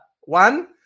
one